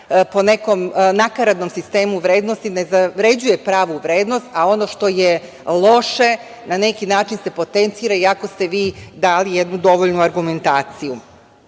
po nekom nakaradnom sistemu vrednosti ne zavređuje pravu vrednost, a ono što je loše na neki način se potencira i ako ste vi dali jednu dovoljnu argumentaciju. Kada